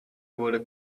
wurde